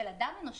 של אדם אנושי.